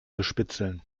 bespitzeln